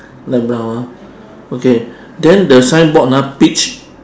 light brown ah okay then the sighboard ah peach